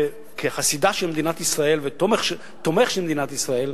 כחסידה של מדינת ישראל ותומך של מדינת ישראל,